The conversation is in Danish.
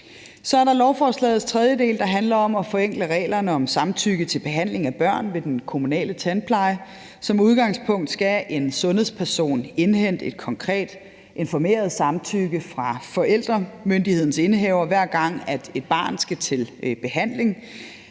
Så er der lovforslagets tredje del, der handler om at forenkle reglerne om samtykke til behandling af børn ved den kommunale tandpleje. Som udgangspunkt skal en sundhedsperson indhente et konkret informeret samtykke fra forældremyndighedens indehaver, hver gang et barn skal til behandling.